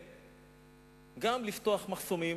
וגם לפתוח מחסומים,